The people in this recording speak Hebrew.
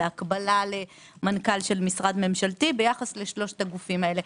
בהקבלה למנכ"ל של משרד ממשלתי ביחס לשלושת הגופים האלה.